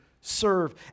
serve